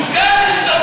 היא כן סרבנית גט.